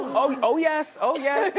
oh oh yes, oh yes.